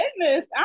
goodness